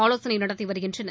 ஆலோசனை நடத்தி வருகின்றன